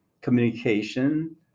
communication